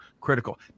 critical